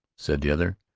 said the other,